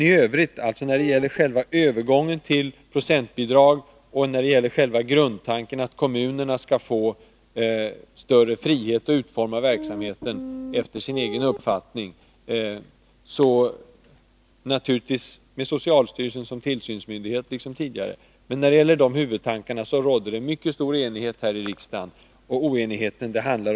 I övrigt — när det gäller själva övergången till procentbidrag och när det gäller grundtanken att kommunerna skall få större frihet att utforma verksamheten efter sin egen uppfattning — naturligtvis med socialstyrelsen som tillsynsmyndighet liksom tidigare — rådde det mycket stor enighet här i riksdagen.